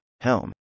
Helm